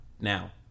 Now